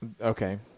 Okay